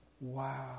Wow